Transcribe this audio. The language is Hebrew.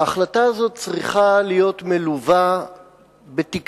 ההחלטה הזאת צריכה להיות מלווה בתקצוב,